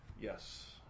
Yes